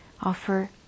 Offer